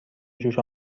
جوش